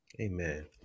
Amen